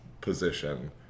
position